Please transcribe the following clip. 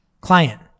Client